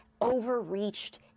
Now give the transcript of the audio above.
overreached